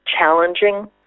challenging